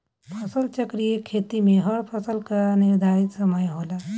फसल चक्रीय खेती में हर फसल कअ निर्धारित समय होला